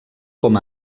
com